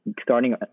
starting